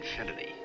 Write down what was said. infinity